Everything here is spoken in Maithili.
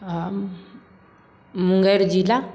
आ मुंगेर जिला